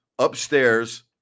Upstairs